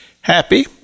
happy